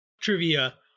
trivia